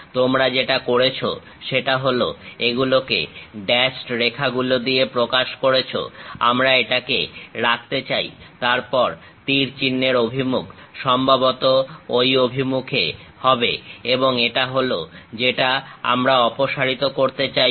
তোমরা যেটা করেছ সেটা হলো এগুলোকে ড্যাশড রেখাগুলো দিয়ে প্রকাশ করেছ আমরা এটাকে রাখতে চাই তারপর তীর চিহ্নের অভিমুখ সম্ভবত ঐ অভিমুখে হবে এবং এটা হল যেটা আমরা অপসারিত করতে চাইবো